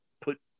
put